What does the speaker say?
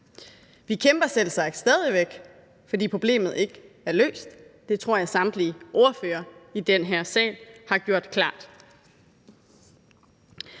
Vi kæmper selvsagt stadig væk, fordi problemet ikke er løst. Det tror jeg samtlige ordførere i den her sag har gjort klart.